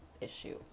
issue